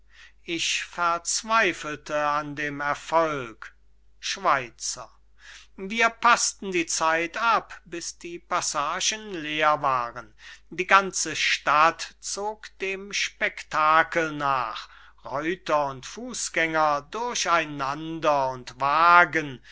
ich verzweifelte an dem erfolg schweizer wir paßten die zeit ab bis die passagen leer waren die ganze stadt zog dem spektakel nach reuter und fußgänger durch einander und wagen